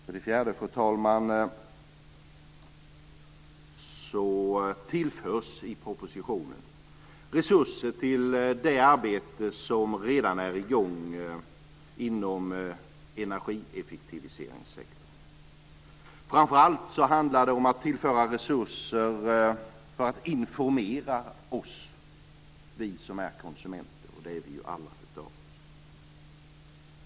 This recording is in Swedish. För det fjärde, fru talman, tillförs i propositionen resurser till det arbete som redan är i gång inom energieffektiviseringssektorn. Framför allt handlar det om att tillföra resurser för att vi ska informeras, vi som är konsumenter, och det är vi ju alla.